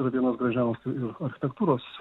yra vienas gražiausių ir architektūros